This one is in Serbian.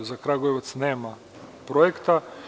Za Kragujevac nema projekta.